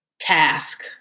task